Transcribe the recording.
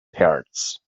parrots